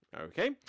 Okay